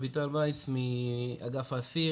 אביטל וייץ מאגף האסיר,